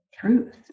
truth